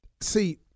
See